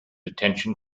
attention